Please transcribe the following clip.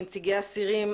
מנציגי האסירים,